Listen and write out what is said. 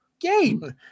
game